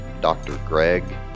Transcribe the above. drgreg